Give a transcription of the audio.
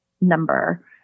Number